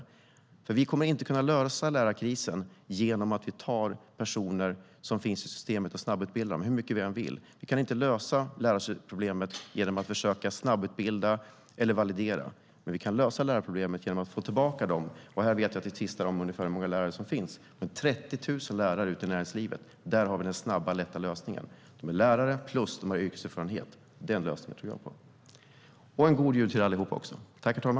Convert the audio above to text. Vi kommer inte - hur mycket vi än vill - att kunna lösa lärarkrisen genom att vi tar personer som finns i systemet och snabbutbildar dem. Vi kan inte lösa lärarproblemet genom att försöka snabbutbilda eller validera. Men vi kan lösa lärarproblemet genom att få tillbaka lärare. Jag vet att vi tvistar om hur många lärare som finns, men det är 30 000 lärare ute i näringslivet. Där har vi den snabba, lätta lösningen. De är lärare, och dessutom har de yrkeserfarenhet. Den lösningen tror jag på. God jul till er allihop!